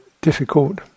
difficult